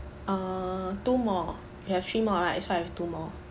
err two more you have three more right so I have two more